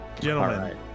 gentlemen